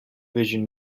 vision